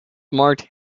marked